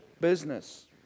business